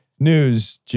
News